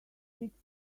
sticks